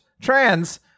trans